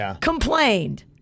complained